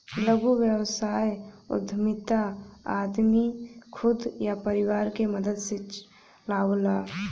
लघु व्यवसाय उद्यमिता आदमी खुद या परिवार के मदद से चलावला